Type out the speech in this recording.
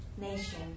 nation